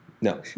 No